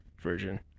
version